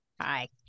Hi